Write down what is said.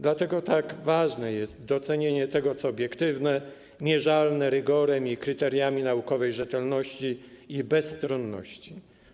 Dlatego tak ważne jest docenienie tego, co obiektywne, mierzalne rygorem i kryteriami naukowej rzetelności i bezstronności.